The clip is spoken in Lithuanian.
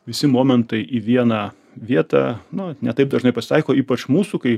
visi momentai į vieną vietą nu ne taip dažnai pasitaiko ypač mūsų kai